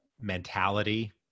mentality